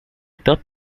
top